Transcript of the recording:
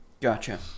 Gotcha